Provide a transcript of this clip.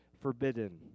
forbidden